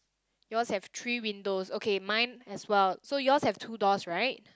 yours have three windows okay mine as well so yours have two doors right